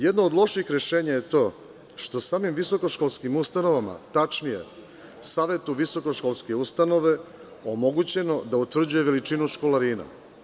Jedno od loših rešenja je to što je samim visokoškolskim ustanovama, tačnije savetu visokoškolske ustanove omogućeno da utvrđuje veličinu školarina.